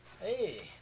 Hey